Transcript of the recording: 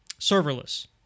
serverless